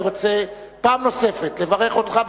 אני רוצה פעם נוספת לברך אותך,